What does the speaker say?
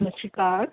ਸਤਿ ਸ਼੍ਰੀ ਅਕਾਲ